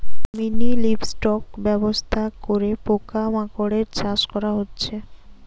mini livestock ব্যবস্থা করে পোকা মাকড়ের চাষ করা হচ্ছে